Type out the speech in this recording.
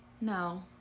No